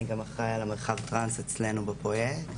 אני גם אחראי על מרחב הטרנס אצלנו בפרויקט.